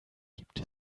gibt